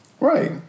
Right